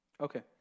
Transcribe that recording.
Okay